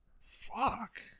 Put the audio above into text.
Fuck